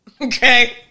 okay